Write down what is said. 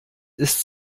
ist